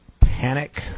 panic